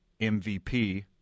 MVP